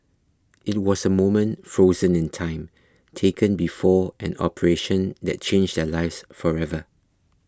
it was a moment frozen in time taken before an operation that changed their lives forever